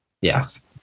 Yes